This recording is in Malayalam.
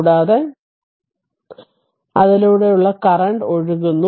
കൂടാതെ അതിലൂടെ കറന്റ് ഒഴുകുന്നു